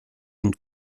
und